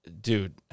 Dude